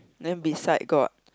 then beside got